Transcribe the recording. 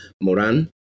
Moran